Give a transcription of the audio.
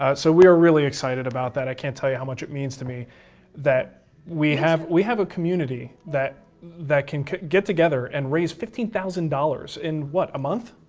ah so we are really excited about that. i can't tell you how much it means to me that we have we have a community that that can get together, and raise fifteen thousand dollars in what, a month?